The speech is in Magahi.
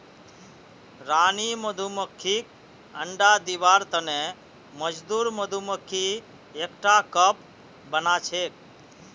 रानी मधुमक्खीक अंडा दिबार तने मजदूर मधुमक्खी एकटा कप बनाछेक